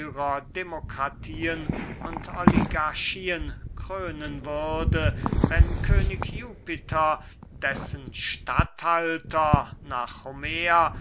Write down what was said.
demokratien und oligarchien krönen würde wenn könig jupiter dessen statthalter nach